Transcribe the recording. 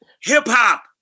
Hip-hop